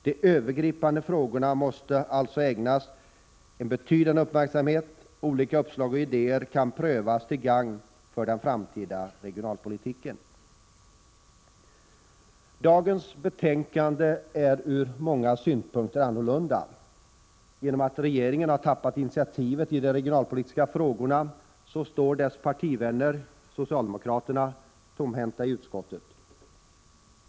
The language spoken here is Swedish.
De övergripande frågorna måste alltså ägnas en betydande uppmärksamhet, och olika uppslag och idéer kan prövas till gagn för den framtida regionalpolitiken. Det betänkande som i dag behandlas är ur många synpunkter annorlunda. Genom att regeringen har tappat initiativet i de regionalpolitiska frågorna står dess partivänner, socialdemokraterna, tomhänta i utskottet.